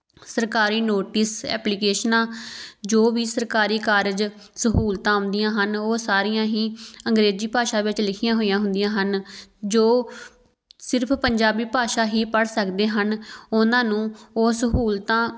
ਸਰਕਾਰੀ ਨੋਟਿਸ ਐਪਲੀਕੇਸ਼ਨਾਂ ਜੋ ਵੀ ਸਰਕਾਰੀ ਕਾਰਜ ਸਹੂਲਤਾਂ ਆਉਂਦੀਆਂ ਹਨ ਉਹ ਸਾਰੀਆਂ ਹੀ ਅੰਗਰੇਜ਼ੀ ਭਾਸ਼ਾ ਵਿੱਚ ਲਿਖੀਆਂ ਹੋਈਆਂ ਹੁੰਦੀਆਂ ਹਨ ਜੋ ਸਿਰਫ ਪੰਜਾਬੀ ਭਾਸ਼ਾ ਹੀ ਪੜ੍ਹ ਸਕਦੇ ਹਨ ਉਹਨਾਂ ਨੂੰ ਉਹ ਸਹੂਲਤਾਂ